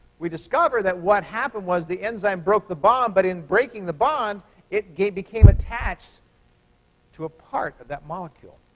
we discover that what happened was the enzyme broke the bond, but in breaking the bond it became attached to a part of that molecule.